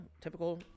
typical